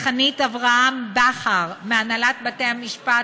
לחנית אברהם בכר מהנהלת בתי-המשפט,